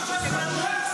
אישה שכולה.